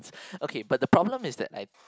okay but the problem is that I